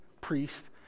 priest